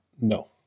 no